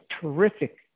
terrific